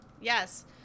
Yes